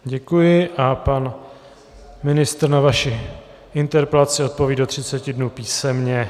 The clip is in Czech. Děkuji a pan ministr na vaši interpelaci odpoví do 30 dnů písemně.